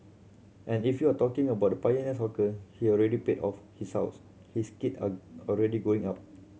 and if you're talking about the pioneer hawker he already paid off his house his kid are already grown up